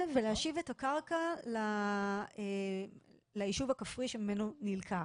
ולהשיב את הקרקע ליישוב הכפרי שממנו זה נלקח.